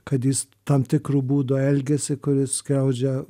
kad jis tam tikru būdu elgiasi kuris skriaudžia